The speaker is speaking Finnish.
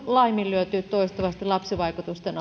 laiminlyöty toistuvasti lapsivaikutusten